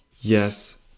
Yes